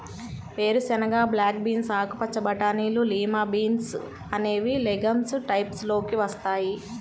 వేరుశెనగ, black beans, ఆకుపచ్చ బటానీలు, లిమా బీన్స్ అనేవి లెగమ్స్ టైప్స్ లోకి వస్తాయి